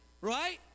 Right